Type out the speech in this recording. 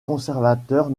conservateurs